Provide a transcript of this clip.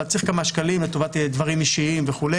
צריך כמה שקלים לטובת דברים אישיים וכו',